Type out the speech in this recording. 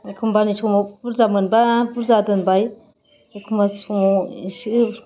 एखनबानि समाव बुरजा मोनबा बुरजा दोनबाय एखनबानि समाव एसे